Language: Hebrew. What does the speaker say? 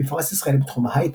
בפרס ישראל בתחום ההיי-טק.